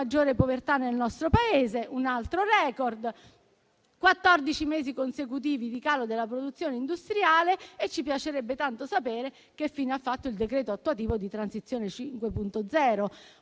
maggiore povertà nel nostro Paese. Un altro *record*: quattordici mesi consecutivi di calo della produzione industriale, e ci piacerebbe tanto sapere che fine ha fatto il decreto attuativo di Transizione 5.0.